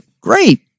great